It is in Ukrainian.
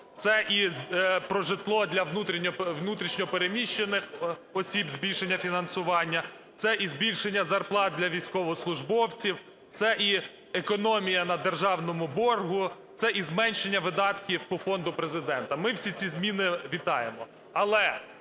це і про житло для внутрішньо переміщених осіб збільшення фінансування, це і збільшення зарплат для військовослужбовців, це і економія на державному боргу, це і зменшення видатків по фонду Президента. Ми всі ці зміни вітаємо.